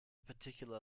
particular